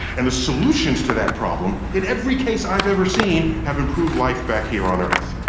and the solutions to that problem, in every case i've ever seen, have improved life back here on earth.